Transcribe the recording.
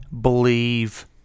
believe